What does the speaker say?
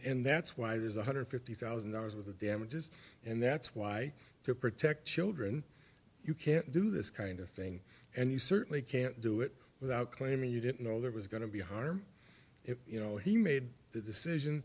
and that's why there's one hundred fifty thousand dollars of the damages and that's why to protect children you can't do this kind of thing and you certainly can't do it without claiming you didn't know there was going to be harm if you know he made the decision